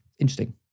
Interesting